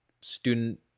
student